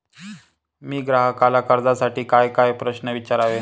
मी ग्राहकाला कर्जासाठी कायकाय प्रश्न विचारावे?